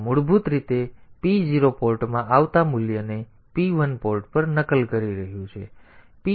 તેથી આ મૂળભૂત રીતે p0 પોર્ટમાં આવતા મૂલ્યને p1 પોર્ટ પર નકલ કરી રહ્યું છે